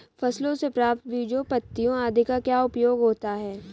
फसलों से प्राप्त बीजों पत्तियों आदि का क्या उपयोग होता है?